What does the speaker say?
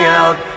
out